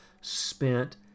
spent